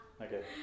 Okay